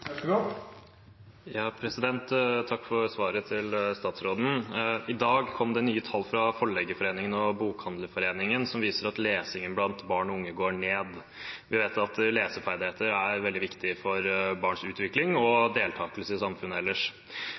for svaret. I dag kom det nye tall fra Forleggerforeningen og Bokhandlerforeningen som viser at lesingen blant barn og unge går ned. Vi vet at leseferdigheter er veldig viktig for barns utvikling og deltakelse i samfunnet ellers.